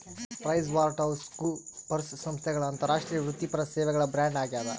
PricewaterhouseCoopers ಸಂಸ್ಥೆಗಳ ಅಂತಾರಾಷ್ಟ್ರೀಯ ವೃತ್ತಿಪರ ಸೇವೆಗಳ ಬ್ರ್ಯಾಂಡ್ ಆಗ್ಯಾದ